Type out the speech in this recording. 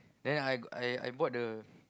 then I I I bought the